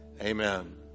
Amen